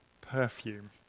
perfume